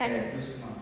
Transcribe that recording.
kat mana